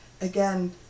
again